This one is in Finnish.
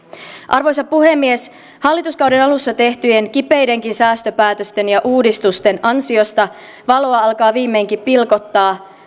arvoisa puhemies hallituskauden alussa tehtyjen kipeidenkin säästöpäätösten ja uudistusten ansiosta valoa alkaa viimeinkin pilkottaa